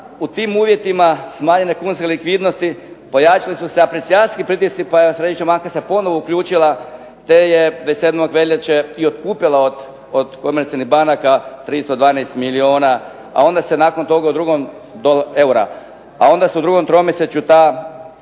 u tim uvjetima smanjene kunske likvidnosti pojačali su se aprecijacijski pritisci pa je srećom banka se ponovno uključila te je 27. veljače i otkupila od komercijalnih banaka 312 milijuna eura. A onda se nakon toga u drugom tromjesečju ta